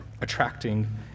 attracting